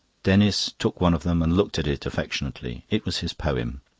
denis took one of them and looked at it affectionately. it was his poem.